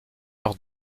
leur